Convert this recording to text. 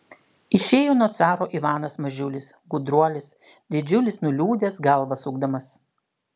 išėjo nuo caro ivanas mažiulis gudruolis didžiulis nuliūdęs galvą sukdamas